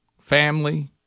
family